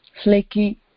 Flaky